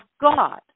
God